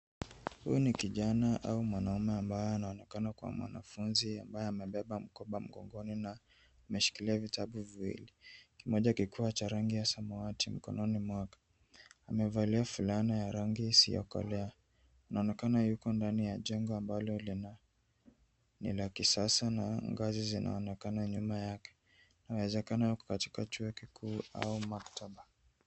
Huyu ni kijana au mwanaume ambaye anaonekana kuwa mwanafunzi ambaye amebeba mkoba mgongoni na anashikilia vitabu viwili kimoja kikiwa cha rangi ya samawati mkononi mwake. Amevalia fulana ya rangi isiyokolea. Anaonekana yuko ndani ya jengo ni la kisasa na ngazi zinaonekana nyuma yake. Inawezekana ako katika chuo kikuu au maktaba.